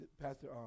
Pastor